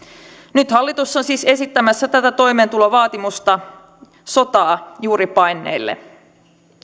nyt hallitus on siis esittämässä tätä toimeentulovaatimusta sotaa juuri paenneille